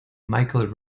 michael